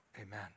Amen